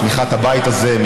בתמיכת הבית הזה,